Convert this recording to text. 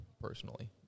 personally